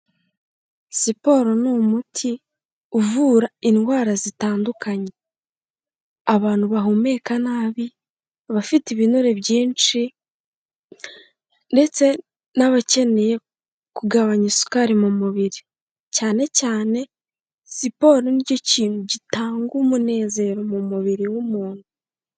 Siporo ni umuti uvura indwara zitandukanye. Abantu bahumeka nabi, abafite ibinure byinshi ndetse n'abakeneye kugabanya isukari mu mubiri. Cyane cyane, siporo ni cyo kintu gitanga umunezero mu mubiri w'umuntu.